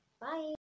bye